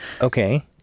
Okay